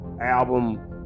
album